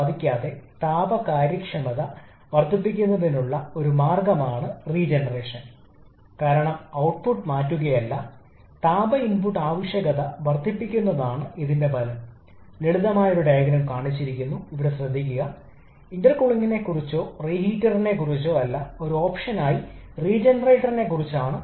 അതിനാൽ ഇതാണ് സാധാരണ ചക്രം ഇവിടെ 1 എന്നത് കംപ്രഷൻ 2s a സൂചിപ്പിക്കുന്നതിന് മുമ്പുള്ള പോയിന്റാണ് പോയിന്റ് ഐസന്റ്രോപിക് കംപ്രഷൻ ഉണ്ടായിരുന്നെങ്കിലും മാറ്റാനാവാത്തതിനാൽ വലതുവശത്തേക്ക് പോയിന്റ് നമ്പർ 2 ലേക്ക് മാറുന്നു ഇവിടെ അക്ഷങ്ങൾ കാണുന്നില്ല അത് താപനിലയാണ് ലംബ അക്ഷം അത് എൻട്രോപ്പിയാണ്